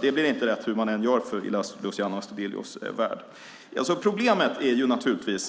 Det blir inte bra hur man än gör i Luciano Astudillos värld.